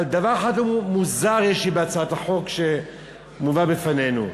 אבל דבר מוזר יש לי בהצעת החוק שמובאת בפנינו.